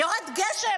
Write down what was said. יורד גשם.